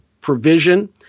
provision